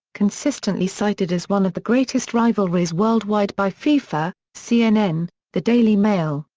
consistently cited as one of the greatest rivalries worldwide by fifa, cnn, the daily mail,